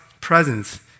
presence